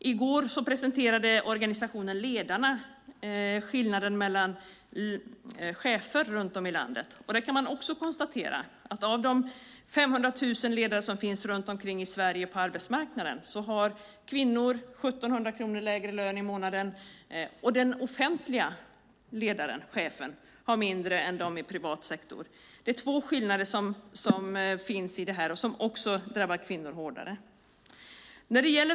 I går presenterade organisationen Ledarna skillnaden mellan chefer runt om i landet. Där kan vi också konstatera att av de 500 000 ledare som finns på arbetsmarknaden runt om i Sverige har kvinnor 1 700 kronor lägre lön i månaden än männen, och den offentliga ledaren, chefen, har mindre än de i privat sektor. Det är två skillnader som finns i det här och som också drabbar kvinnor hårdare.